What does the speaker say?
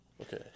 Okay